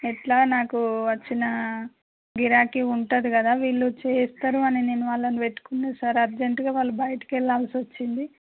ఎట్ల నాకు వచ్చినా గిరాకీ ఉంటుంది కదా వీళ్ళు చేస్తారు అని నేను వాళ్ళను పెట్టుకున్నా సార్ అర్జెంట్గా వాళ్ళు బయటికి వెళ్ళవలిసి వచ్చింది